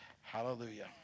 Hallelujah